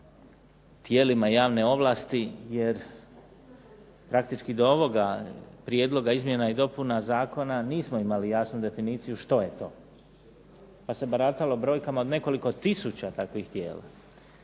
tijelima javne ovlasti jer praktički do ovoga prijedloga izmjena i dopuna zakona nismo imali jasnu definiciju što je to, pa se baratalo brojkama od nekoliko tisuća takvih tijela.